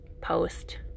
post